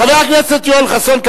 חבר הכנסת יואל חסון,